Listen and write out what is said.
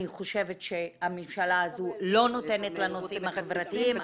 אני חושבת שהממשלה הזו לא נותנת לנושאים החברתיים,